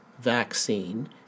vaccine